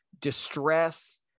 distress